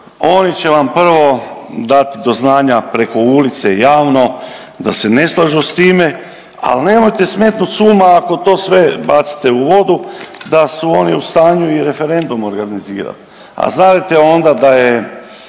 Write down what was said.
Oni će vam prvo dati do znanja preko ulice i javno da se ne slažu s time, ali nemojte smetnut sa uma ako to sve bacite u vodu, da su oni u stanju i referendum organizirati. A znadete onda da je